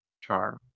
charm